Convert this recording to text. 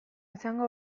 izango